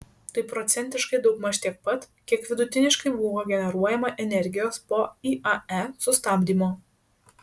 tai procentiškai daugmaž tiek pat kiek vidutiniškai buvo generuojama energijos po iae sustabdymo